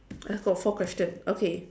I got four questions okay